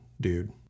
dude